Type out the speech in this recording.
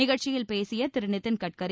நிகழ்ச்சியில் பேசிய திரு நிதின் கட்கரி